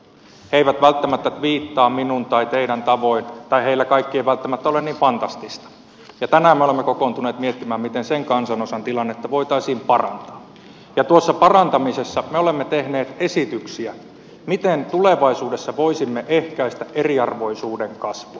he eivät välttämättä tviittaa minun tai teidän tavoin tai heillä kaikki ei välttämättä ole niin fantastista ja tänään me olemme kokoontuneet miettimään miten sen kansanosan tilannetta voitaisiin parantaa ja tuossa parantamisessa me olemme tehneet esityksiä miten tulevaisuudessa voisimme ehkäistä eriarvoisuuden kasvun